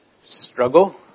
struggle